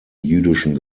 jüdischen